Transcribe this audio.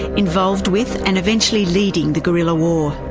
involved with and eventually leading the guerrilla war.